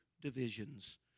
divisions